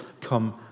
come